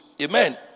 Amen